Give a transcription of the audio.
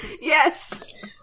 Yes